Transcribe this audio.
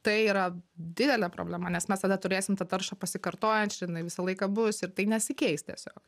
tai yra didelė problema nes mes tada turėsim tą taršą pasikartojančią jinai visą laiką bus ir tai nesikeis tiesiog